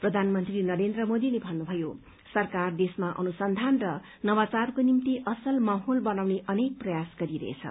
प्रधानमन्त्री नरेन्द्र मोदीले भन्नुभयो सरकार देशमा अनुसन्धान र नवाचारको निमित असल माहौल बनाउने अनेक प्रयास गरिरहेछ